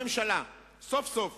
הממשלה סוף-סוף